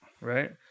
Right